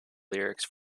lyrics